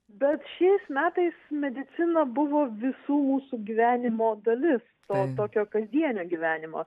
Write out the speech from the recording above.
bet šiais metais medicina buvo visų mūsų gyvenimo dalis to tokio kasdienio gyvenimo